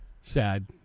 Sad